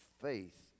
faith